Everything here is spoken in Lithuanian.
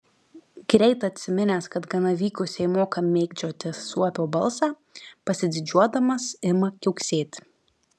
greit atsiminęs kad gana vykusiai moka mėgdžioti suopio balsą pasididžiuodamas ima kiauksėti